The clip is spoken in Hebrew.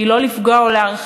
היא לא לפגוע או להרחיק.